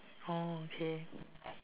oh okay